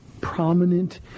prominent